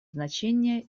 значение